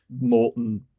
molten